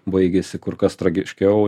baigiasi kur kas tragiškiau